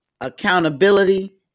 accountability